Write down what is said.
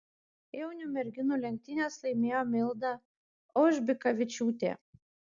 jaunių merginų lenktynes laimėjo milda aužbikavičiūtė